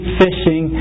fishing